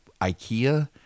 Ikea